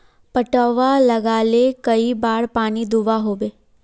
पटवा लगाले कई बार पानी दुबा होबे?